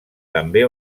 també